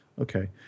Okay